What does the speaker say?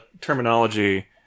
terminology